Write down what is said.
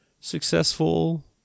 successful